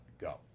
Go